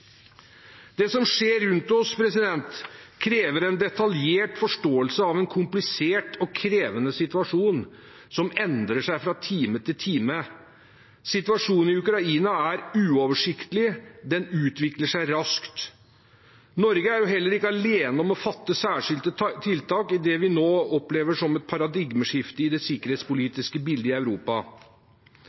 Det som skjer rundt oss, krever en detaljert forståelse av en komplisert og krevende situasjon som endrer seg fra time til time. Situasjonen i Ukraina er uoversiktlig. Den utvikler seg raskt. Norge er heller ikke alene om å fatte særskilte tiltak i det vi nå opplever som et paradigmeskifte i det sikkerhetspolitiske bildet i Europa.